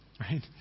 right